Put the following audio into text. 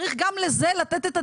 צריך גם לזה לתת את הדעת.